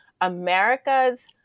America's